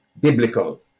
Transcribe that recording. biblical